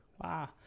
Wow